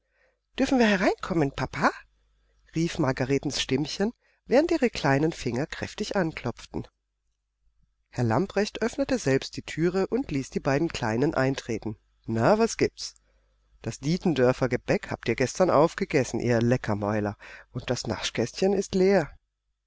dürfen wir hereinkommen papa rief margaretens stimmchen während ihre kleinen finger kräftig anklopften herr lamprecht öffnete selbst die thüre und ließ die beiden kleinen eintreten na was gibt's das dietendörfer gebäck habt ihr gestern aufgegessen ihr leckermäuler und das naschkästchen ist leer